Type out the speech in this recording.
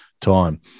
time